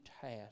task